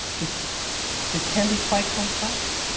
this this can be quite complex,